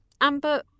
amber